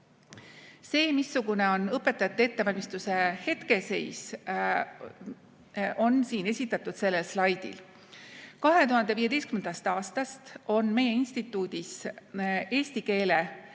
See, missugune on õpetajate ettevalmistuse hetkeseis, on esitatud sellel slaidil. 2015. aastast on meie instituudis eesti keele